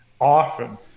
often